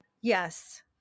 Yes